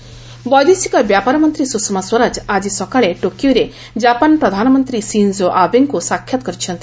Sushma Japan ବୈଦେଶିକ ବ୍ୟାପାର ମନ୍ତ୍ରୀ ସୁଷମା ସ୍ୱରାଜ ଆଜି ସକାଳେ ଟୋକିଓରେ ଜାପାନ୍ ପ୍ରଧାନମନ୍ତ୍ରୀ ସିଞ୍ଜୋ ଆବେଙ୍କୁ ସାକ୍ଷାତ୍ କରିଛନ୍ତି